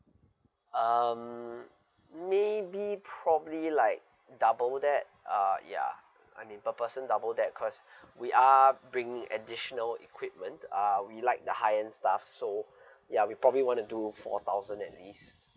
um maybe probably like double that uh ya I mean per person double that because we are bringing additional equipment uh we like the high end stuff so ya we probably want to do four thousand at least